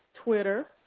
twitter.